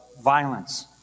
violence